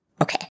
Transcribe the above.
Okay